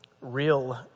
Real